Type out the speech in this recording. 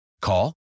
Call